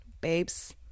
babes